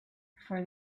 for